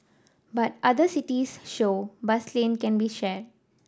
but other cities show bus lane can be shared